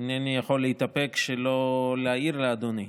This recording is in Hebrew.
אינני יכול להתאפק ולא להעיר לאדוני.